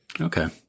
Okay